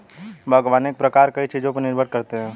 बागवानी के प्रकार कई चीजों पर निर्भर करते है